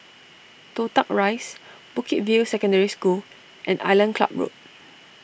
Toh Tuck Rise Bukit View Secondary School and Island Club Road